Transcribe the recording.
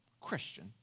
Christian